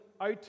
out